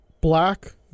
black